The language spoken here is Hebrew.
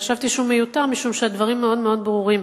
חשבתי שהוא מיותר משום שהדברים מאוד מאוד ברורים.